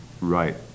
Right